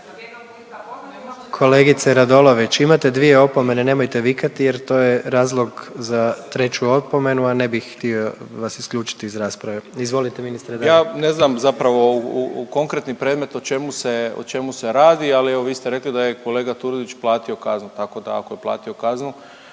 Kolegice Radolović, imate dvije opomene, nemojte vikati jer to je razlog za treću opomenu, a ne bih htio vas isključiti iz rasprave. Izvolite ministre, dalje. **Malenica, Ivan (HDZ)** Ja ne znam zapravo u konkretnim predmetu o čemu se, o čemu se radi, ali evo, vi ste rekli da je kolega Turudić platio kaznu, tako da, ako je platio kaznu